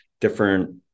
different